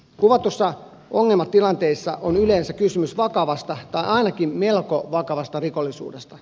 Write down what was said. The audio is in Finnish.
kuvatuissa ongelmatilanteissa on yleensä kysymys vakavasta tai ainakin melko vakavasta rikollisuudesta